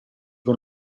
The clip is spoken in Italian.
con